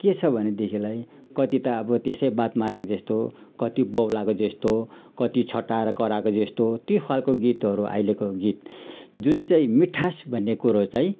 के छ भनेदेखिलाई कति ता अब त्यसै बात मारेको जस्तो कति बहुलाएको जस्तो कति छट्टाएर कराएको जस्तो त्यही खालको गीतहरू अहिलेको गीत जुन चाहिँ मिठास भन्ने कुरो चाहिँ